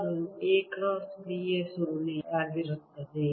ಅದು A cross B ಯ ಸುರುಳಿಯಾಗಿರುತ್ತದೆ